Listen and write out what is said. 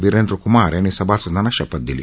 विरेंद्र कुमार यांनी सभादांना शपथ दिली